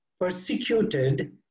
persecuted